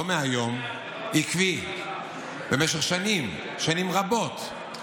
לא מהיום, עקבי במשך שנים, שנים רבות,